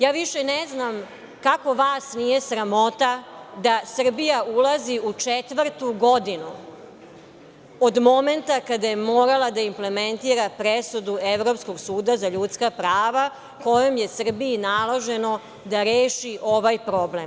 Ja više ne znam kako vas nije sramota da Srbija ulazi u četvrtu godinu od momenta kada je morala da implementira presudu Evropskog suda za ljudska prava, kojom je Srbiji naloženo da reši ovaj problem.